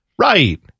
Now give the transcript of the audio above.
right